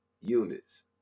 units